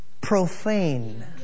profane